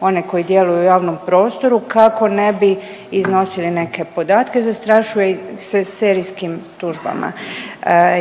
one koji djeluju u javnom prostoru kako ne bi iznosili neke podatke. Zastrašuje ih se serijskim tužbama